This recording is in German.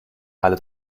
alle